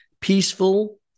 peaceful